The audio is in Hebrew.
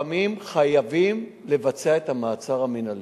לפעמים חייבים לבצע את המעצר המינהלי.